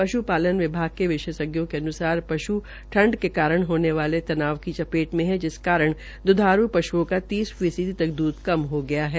पश्पालन विभाग के विशेषज्ञों के अन्सार पश् ठंड के कारण होने वाले तनाव की चपेट में है जिस कारण द्धारू पश्ओं की तीस फीसदी तक द्रध कम हो गया है